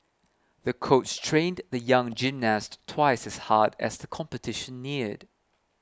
the coach trained the young gymnast twice as hard as the competition neared